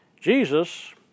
Jesus